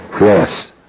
Yes